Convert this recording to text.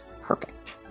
perfect